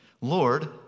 Lord